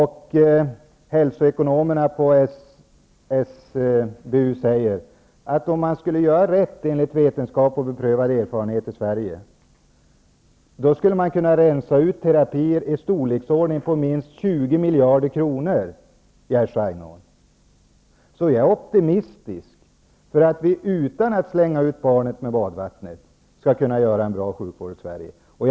Hälsoekonomerna på SBU säger att om man skulle göra rätt enligt vetenskap och beprövad erfarenhet i Sverige, då skulle man kunna rensa ut terapier i storleksordningen minst 20 miljarder kronor, Jerzy Så jag är optimistisk och tror att vi utan att slänga ut barnet med badvattnet skall kunna åstadkomma en bra sjukvård i Sverige.